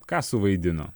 ką suvaidino